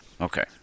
Okay